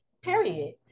Period